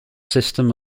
system